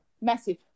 massive